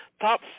top